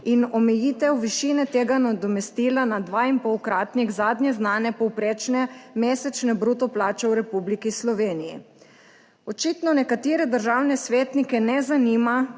in omejitev višine tega nadomestila na dva in pol-kratnik zadnje znane povprečne mesečne bruto plače v Republiki Sloveniji. Očitno nekatere državne svetnike ne zanima,